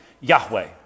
Yahweh